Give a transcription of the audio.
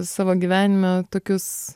savo gyvenime tokius